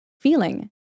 feeling